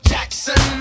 Jackson